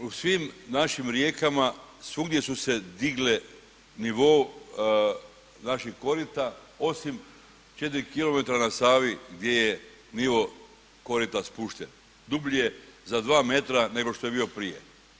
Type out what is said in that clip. u svim našim rijekama svugdje su se digle nivo naših korita osim 4 km na Savi gdje je nivo korita spušten dublje za 2 m nego što je bio prije.